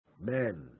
men